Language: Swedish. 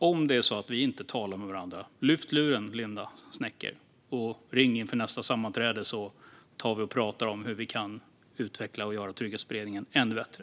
Om det är så att vi inte talar med varandra, lyft luren, Linda Snecker, och ring inför nästa sammanträde, så kan vi prata om hur vi kan utveckla och göra beredningen ännu bättre.